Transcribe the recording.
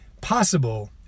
possible